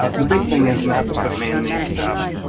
ah the big thing is not to put man made stuff,